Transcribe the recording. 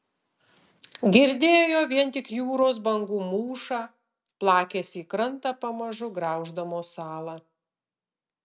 girdėjo vien tik jūros bangų mūšą plakėsi į krantą pamažu grauždamos salą